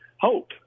hope